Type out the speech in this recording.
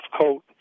coat